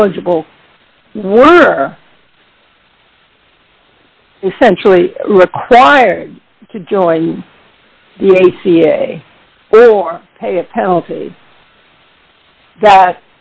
eligible were essentially required to join the a c a or pay a penalty that